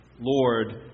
Lord